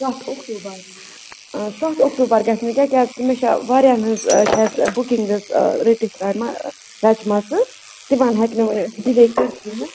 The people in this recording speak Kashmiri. سَتھ اکٹوٗبَر سَتھ اکٹوٗبَر گژھِ نہٕ کیٚنہہ کیٚازِ کہِ مےٚ چھےٚ واریاہَن ۂنٛز چھےٚ اَسہِ بُکِنٛگ حظ رٔٹِتھۍ ترامہِ رَچمَژٕ تِمَن ہٮ۪کہٕ نہٕ وٕ ڈِلے کٔرِتھٕے نہٕ